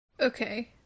okay